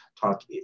Talk